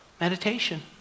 Meditation